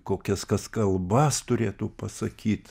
kokias kas kalbas turėtų pasakyt